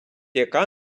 яка